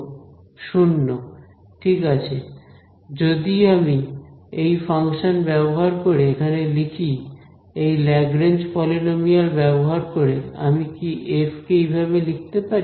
0 ঠিক আছে যদি আমি এই ফাংশন ব্যবহার করে এখানে লিখি এই ল্যাগরেঞ্জ পলিনোমিয়াল ব্যবহার করে আমি কি এফ কে এইভাবে লিখতে পারি